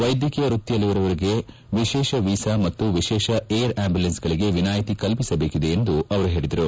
ವೈದ್ಯಕೀಯ ವ್ಯಕ್ತಿಯಲ್ಲಿರುವವರಿಗೆ ವಿಶೇಷ ವೀಸಾ ಮತ್ತು ವಿಶೇಷ ವಿರ್ ಆ್ಲಂಬುಲೆನ್ಗ್ಗಳಿಗೆ ವಿನಾಯಿತಿ ಕಲ್ಪಿಸಬೇಕಾಗಿದೆ ಎಂದು ಪೇಳಿದರು